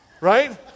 Right